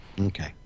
Okay